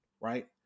right